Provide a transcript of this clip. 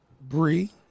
Bree